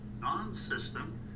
non-system